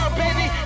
baby